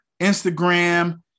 Instagram